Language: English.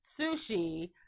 sushi